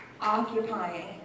occupying